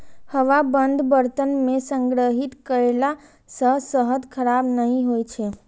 हवाबंद बर्तन मे संग्रहित कयला सं शहद खराब नहि होइ छै